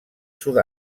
sud